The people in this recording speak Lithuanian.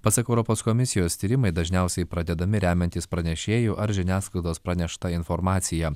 pasak europos komisijos tyrimai dažniausiai pradedami remiantis pranešėjų ar žiniasklaidos pranešta informacija